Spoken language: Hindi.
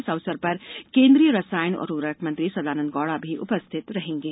इस अवसर पर केन्द्रीय रसायन और उर्वरक मंत्री सदानंद गौड़ा भी उपस्थित रहेंगे